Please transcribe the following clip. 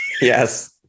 Yes